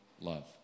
love